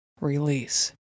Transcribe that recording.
release